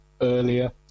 earlier